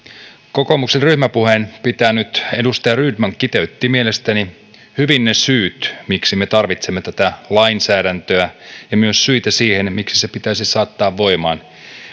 kokoomuksen ryhmäpuheen pitänyt edustaja rydman kiteytti mielestäni hyvin ne syyt miksi me tarvitsemme tätä lainsäädäntöä ja myös syitä siihen miksi se pitäisi saattaa voimaan